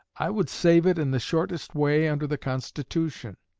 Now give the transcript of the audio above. i would save it in the shortest way under the constitution.